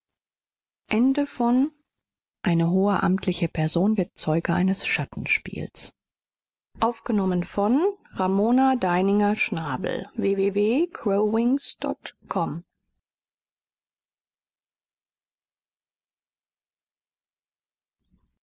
eine hohe amtliche person wird zeuge eines schattenspiels